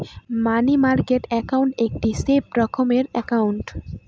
মানি market account একটি safe রকমের account